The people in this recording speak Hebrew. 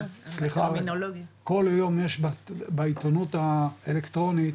כל היום יש בעיתונות האלקטרוניות,